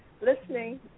listening